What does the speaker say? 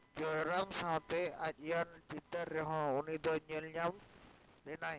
ᱡᱚᱭᱨᱟᱢ ᱥᱟᱶᱛᱮ ᱪᱤᱛᱟᱹᱨ ᱨᱮᱦᱚᱸ ᱩᱱᱤᱫᱚᱭ ᱧᱮᱞ ᱧᱟᱢ ᱞᱮᱱᱟᱭ